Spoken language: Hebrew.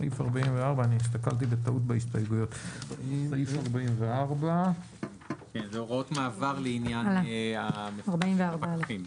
אנחנו עוברים לסעיף 44. הוראות מעבר לעניין הפקחים.